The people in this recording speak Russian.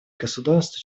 государств